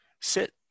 sit